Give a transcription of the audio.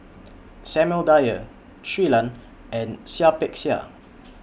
Samuel Dyer Shui Lan and Seah Peck Seah